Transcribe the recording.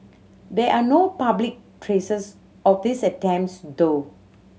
there are no public traces of these attempts though